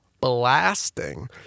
blasting